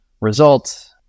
result